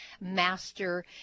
master